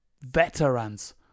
veterans